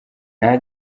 nta